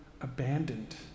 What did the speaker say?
abandoned